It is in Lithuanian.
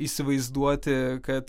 įsivaizduoti kad